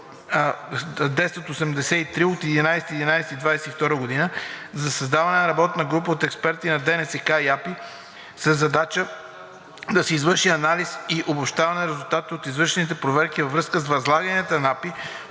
от 11 ноември 2022 г. за създаване на работна група от експерти на ДНСК и АПИ със задача да се извърши анализ и обобщаване на резултата от извършените проверки във връзка с възлаганията на АПИ